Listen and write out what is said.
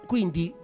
Quindi